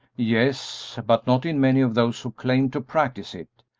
yes but not in many of those who claim to practise it.